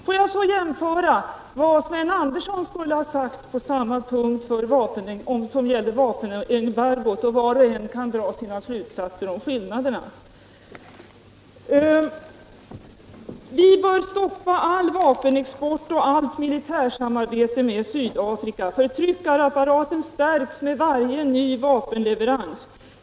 Får jag så jämföra med vad Sven Andersson skulle ha sagt om vapenembargot, så kan var och en själv dra sina slutsatser om skillnaderna: ”"Vi bör stoppa all vapenexport till och allt militärsamarbete med Sydafrika. Förtryckarapparaten stärks med varje ny vapenleverans.